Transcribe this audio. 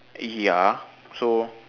ya so